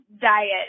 diet